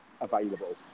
available